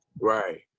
Right